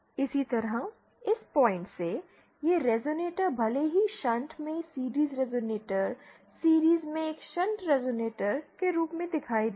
इसी तरह इस पॉइंट से यह रेज़ोनेटर भले ही शंट में सीरिज़ रेज़ोनेटर सीरिज़ में एक शंट रेज़ोनेटर के रूप में दिखाई देगा